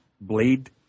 Blade